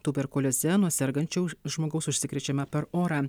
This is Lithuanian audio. tuberkulioze nuo sergančio žmogaus užsikrečiama per orą